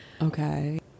Okay